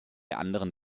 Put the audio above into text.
anderen